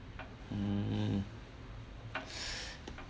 mm